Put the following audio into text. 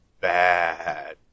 bad